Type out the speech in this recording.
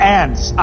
ants